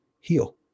heal